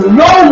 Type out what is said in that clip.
no